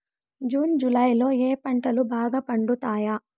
June July లో ఏ పంటలు బాగా పండుతాయా?